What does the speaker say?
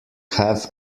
have